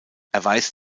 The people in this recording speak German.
erweist